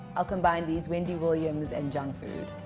i'll combine these wendy williams and junk food.